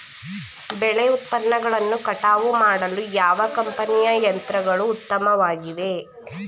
ಬೆಳೆ ಉತ್ಪನ್ನಗಳನ್ನು ಕಟಾವು ಮಾಡಲು ಯಾವ ಕಂಪನಿಯ ಯಂತ್ರಗಳು ಉತ್ತಮವಾಗಿವೆ?